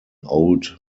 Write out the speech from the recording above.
old